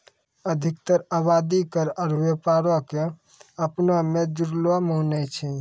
अधिकतर आवादी कर आरु व्यापारो क अपना मे जुड़लो मानै छै